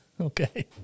Okay